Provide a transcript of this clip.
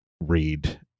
read